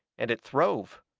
and it throve.